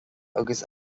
agus